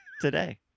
today